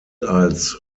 als